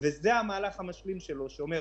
וזה מנגנון שיבטיח את הקיום של מה שיש.